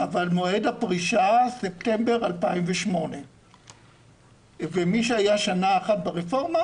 מועד הפרישה הוא ספטמבר 2008. מי שהיה שנה אחת ברפורמה,